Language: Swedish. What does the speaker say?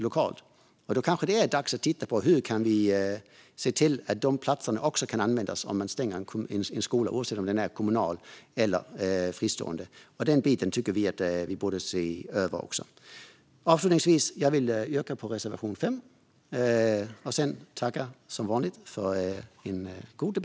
Det kanske är dags att titta på om de platserna kan användas om man stänger en skola, oavsett om den är kommunal eller fristående. Den biten tycker vi att man borde se över. Avslutningsvis yrkar jag bifall till reservation 5.